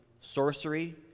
sorcery